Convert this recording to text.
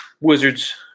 Wizards